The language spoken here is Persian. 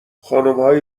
خانمهای